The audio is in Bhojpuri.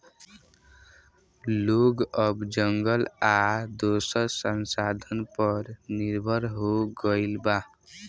लोग अब जंगल आ दोसर संसाधन पर निर्भर हो गईल बा